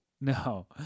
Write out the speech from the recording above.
No